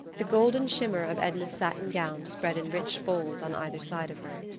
the golden shimmer of edna's satin gown spread in rich folds on either side of her.